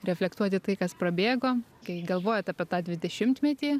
reflektuot į tai kas prabėgo kai galvojat apie tą dvidešimtmetį